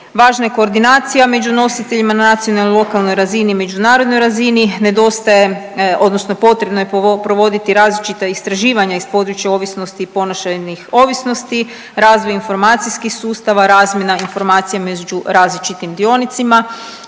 važna je koordinacija među nositeljima na nacionalnoj i lokalnoj razini, međunarodnoj razini, nedostaje odnosno potrebno je provoditi različita istraživanja iz područja ovisnosti i ponašajnih ovisnosti, razvoj informacijskih sustava, razmjena informacija među različitim dionicima,